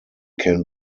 can